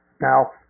Now